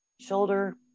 shoulder